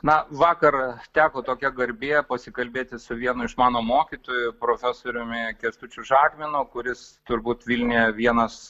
na vakar teko tokia garbė pasikalbėti su vienu iš mano mokytoju profesoriumi kęstučiu žagmenu kuris turbūt vilniuje vienas